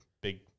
big –